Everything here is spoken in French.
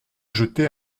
jeté